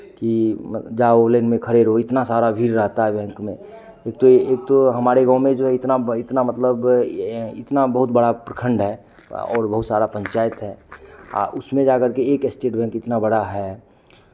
कि जाओ लाइन में खड़े रहो इतना सारा भीड़ रहता है बैंक में एक तो ए एक तो हमारे गँव में जो है इतना इतना मतलब यें इतना बहुत बड़ा प्रखंड है व और बहुत सारा पंचायत है अ उसमें जाकर के एक स्टेट बैंक इतना बड़ा है